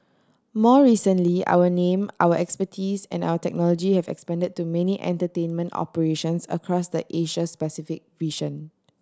more recently our name our expertise and our technology have expanded to many entertainment operations across the Asia specific region